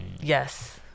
Yes